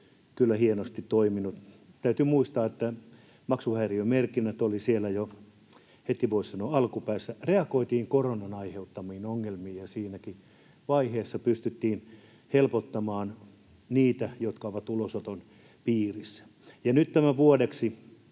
ovat hienosti toimineet. Täytyy muistaa, että maksuhäiriömerkinnät olivat siellä jo heti, voisi sanoa, alkupäässä. Reagoitiin koronan aiheuttamiin ongelmiin, ja siinäkin vaiheessa pystyttiin helpottamaan niitä, jotka ovat ulosoton piirissä. Ja nyt tämä vuodeksi